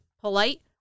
Polite